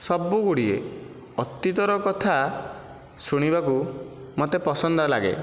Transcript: ସବୁ ଗୁଡ଼ିଏ ଅତୀତର କଥା ଶୁଣିବାକୁ ମୋତେ ପସନ୍ଦ ଲାଗେ